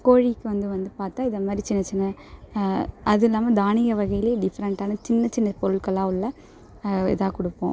கோழிக்கு வந்து வந்து பார்த்தா இதைமாரி சின்ன சின்ன அது இல்லாமல் தானிய வகையில் டிஃப்ரண்டான சின்ன சின்ன பொருட்களாக உள்ள இதாக கொடுப்போம்